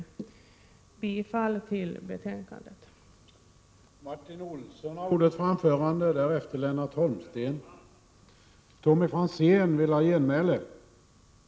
Jag yrkar bifall till utskottets hemställan.